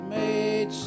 made